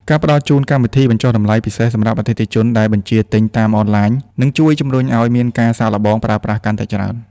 ការផ្ដល់ជូនកម្មវិធីបញ្ចុះតម្លៃពិសេសសម្រាប់តែអតិថិជនដែលបញ្ជាទិញតាមអនឡាញ នឹងជួយជម្រុញឱ្យមានការសាកល្បងប្រើប្រាស់កាន់តែច្រើន។